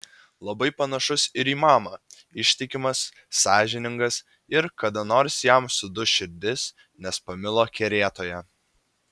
labai panašus ir į mamą ištikimas sąžiningas ir kada nors jam suduš širdis nes pamilo kerėtoją